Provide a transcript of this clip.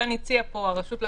וגם סעיף הסודיות,